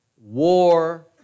war